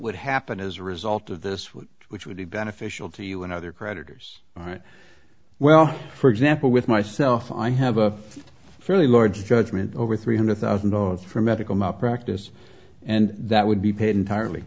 would happen as a result of this which would be beneficial to you and other creditors all right well for example with myself i have a fairly large judgment over three hundred thousand dollars for medical malpractise and that would be paid entirely